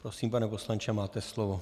Prosím, pane poslanče, máte slovo.